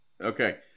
Okay